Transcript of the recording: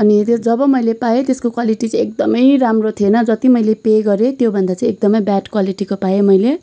अनि त्यो जब मैले पाएँ त्यसको क्वालिटी चाहिँ एकदमै राम्रो थिएन जति मैले पे गरेँ त्योभन्दा चाहिँ एकदमै ब्याड क्वालिटीको पाएँ मैले